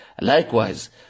Likewise